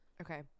Okay